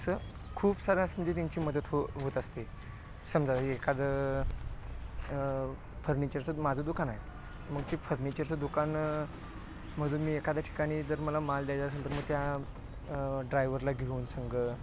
खूप सारं असं म्हणजे त्यांची मदत हो होत असते समजा एखादं फर्निचरचं माझं दुकान आहे मग ते फर्निचरचं दुकान मधून मी एखाद्या ठिकाणी जर मला माल द्यायचं असेल तर मी त्या ड्रायव्हरला घेऊन संगं